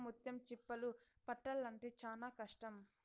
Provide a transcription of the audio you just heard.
ఇట్లాంటి రకం ముత్యం చిప్పలు పట్టాల్లంటే చానా కష్టం